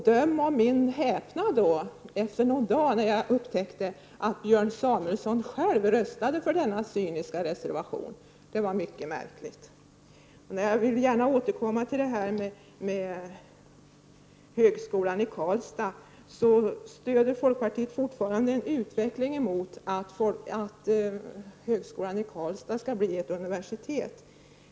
Döm om min häpnad när jag efter någon dag upptäckte att Björn Samuelson själv röstat för denna cyniska reservation. Det var mycket märkligt. Jag vill gärna återkomma till frågan om högskolan i Karlstad. Folkpartiet stöder fortfarande en utveckling mot att högskolan i Karlstad skall bli ett universitet.